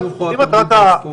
או חינוך או תרבות וספורט.